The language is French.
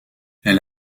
elle